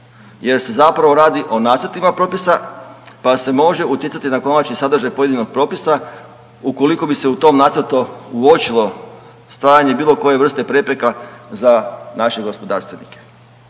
jer se zapravo radi o nacrtima propisa pa se može utjecati na konačan sadržaj pojedinog propisa ukoliko bi se u tom nacrtu uočilo stvaranje bilo koje vrste prepreka za naše gospodarstvenike.